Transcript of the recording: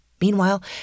Meanwhile